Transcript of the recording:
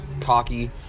cocky